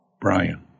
Brian